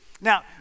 Now